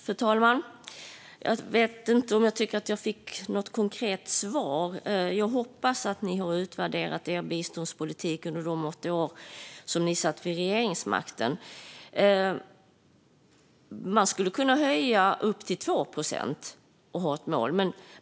Fru talman! Jag vet inte om jag tycker att jag fick något konkret svar. Jag hoppas att ni har utvärderat den biståndspolitik ni förde under de åtta år ni satt vid regeringsmakten, Olle Thorell. Man skulle kunna höja till 2 procent och ha ett mål.